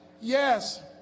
Yes